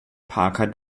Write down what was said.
parker